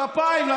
כפיים.